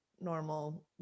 normal